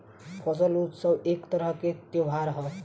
फसल उत्सव एक तरह के त्योहार ह